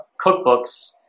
cookbooks